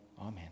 amen